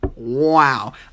wow